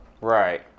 Right